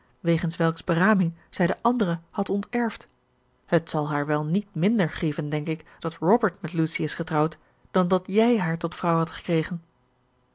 wegens welks beraming zij den anderen had onterfd het zal haar wel niet minder grieven denk ik dat robert met lucy is getrouwd dan dat jij haar tot vrouw hadt gekregen